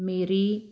ਮੇਰੀ